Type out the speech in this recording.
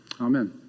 Amen